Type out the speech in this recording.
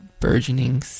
burgeoning